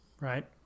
right